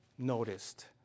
noticed